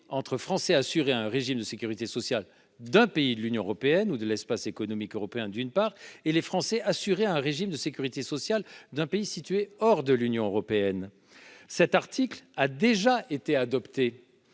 entre les Français affiliés à un régime de sécurité sociale d'un pays de l'Union européenne ou de l'Espace économique européen EEE, d'une part, et les Français affiliés à un régime de sécurité sociale d'un pays situé hors de l'Union et de l'EEE. Cet amendement a déjà été adopté